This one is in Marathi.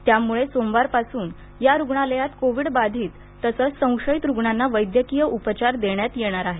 त्यामूळे सोमवारपासून या रूग्णालयात कोविड बाधीत तसंच संशयीत रूग्णांना वैद्यकीय उपचार देण्यात येणार आहेत